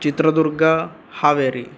Chitradurga Haveri